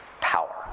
power